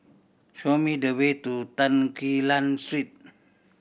show me the way to Tan Quee Lan Street